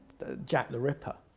jack the ripper